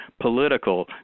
political